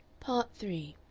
part three